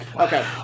Okay